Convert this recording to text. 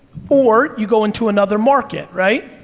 or, you go into another market right?